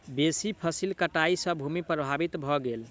बेसी फसील कटाई सॅ भूमि प्रभावित भ गेल